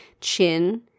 chin